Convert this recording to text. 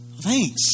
Thanks